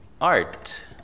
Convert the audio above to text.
art